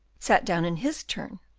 sat down in his turn,